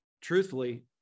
truthfully